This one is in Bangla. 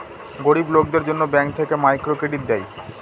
গরিব লোকদের জন্য ব্যাঙ্ক থেকে মাইক্রো ক্রেডিট দেয়